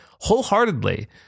wholeheartedly